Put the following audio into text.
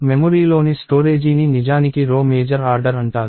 మెమొరీలోని స్టోరేజీని నిజానికి row major order అంటారు